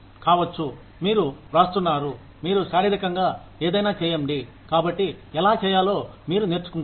కావచ్చు మీరు వ్రాస్తున్నారు మీరు శారీరకంగా ఏదైనా చేయండి కాబట్టి ఎలా చేయాలో మీరు నేర్చుకుంటారు